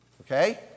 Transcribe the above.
Okay